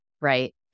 right